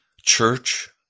church